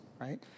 right